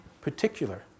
particular